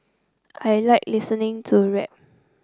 I like listening to rap